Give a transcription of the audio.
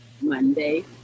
Monday